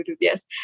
yes